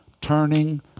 turning